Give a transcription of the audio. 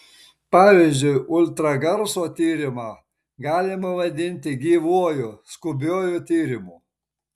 pavyzdžiui ultragarso tyrimą galima vadinti gyvuoju skubiuoju tyrimu